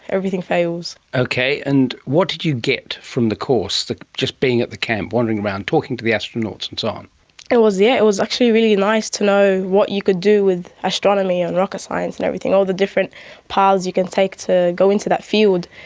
everything fails. okay. and what did you get from the course, just being at the camp, wandering around, talking to the astronauts and so on? it was yeah it was actually really nice to know what you could do with astronomy and rocket science and everything, all the different paths you can take to go into that field.